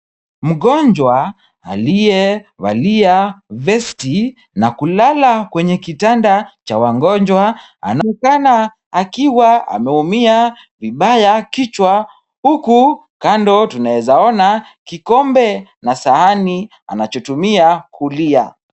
Mgonjwa aliyevalia vesti na kulala kwenye kitanda cha wagonjwa anaonekana akiwa ameumia vibaya kichwa. Huku kando tunaweza ona kikombe na sahani anachotumia kulia.